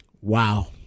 Wow